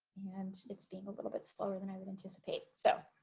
and it's being a little bit slower than i would anticipate so